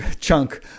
chunk